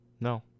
No